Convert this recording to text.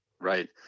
Right